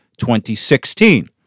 2016